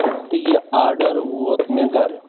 تہٕ یہِ آڈَر ووت مےٚ گَرٕ